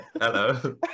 hello